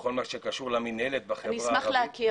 בכל מה שקשור למנהלת בחברה הערבית.